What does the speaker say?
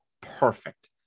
perfect